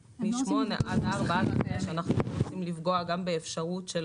מ-8:00 עד 16:00 ואנחנו לא רוצים לפגוע באפשרות של